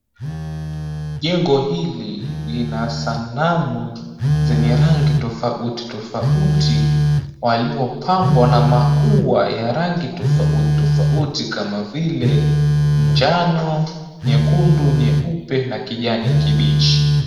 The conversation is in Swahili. Jengo hili lina sanamu zenye rangi tofauti tofauti waliopambwa na maua ya rangi tofauti tofauti kama vile njano, nyekundu, nyeupe na kijani kibichi.